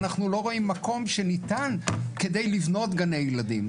אנחנו לא רואים מקום שניתן כדי לבנות גני ילדים.